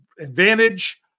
advantage